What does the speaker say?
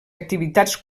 activitats